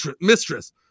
mistress